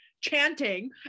chanting